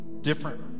different